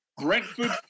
Brentford